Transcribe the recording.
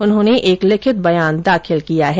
उन्होंने एक लिखित बयान दाखिल किया है